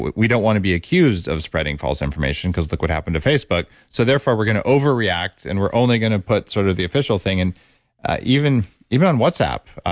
we don't want to be accused of spreading false information, because look what happened to facebook. so therefore, we're going to overreact and we're only going to put sort of the official thing and even even on whatsapp,